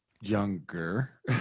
younger